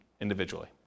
individually